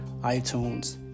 iTunes